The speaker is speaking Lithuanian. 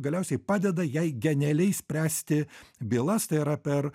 galiausiai padeda jai genialiai spręsti bylas tai yra per